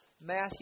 Matthew